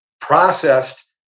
processed